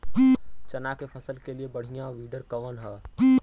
चना के फसल के लिए बढ़ियां विडर कवन ह?